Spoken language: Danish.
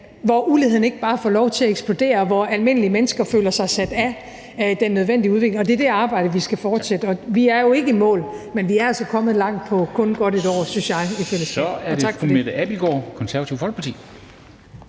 hvor uligheden ikke bare får lov til at eksplodere, og hvor almindelige mennesker ikke føler sig sat af den nødvendige udvikling. Det er det arbejde, vi skal fortsætte. Vi er jo ikke i mål, men vi er altså kommet langt på kun godt et år, synes jeg, i fællesskab, og tak for det.